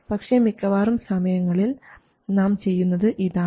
പക്ഷേ മിക്കവാറും സമയങ്ങളിൽ നാം ചെയ്യുന്നത് ഇതാണ്